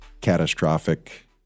catastrophic